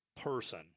person